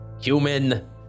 Human